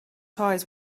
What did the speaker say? eyes